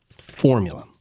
formula